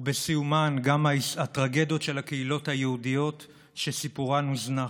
שבסיומה גם הטרגדיות של הקהילות היהודיות שסיפורן הוזנח.